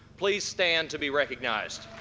please stand to be recognized.